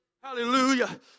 hallelujah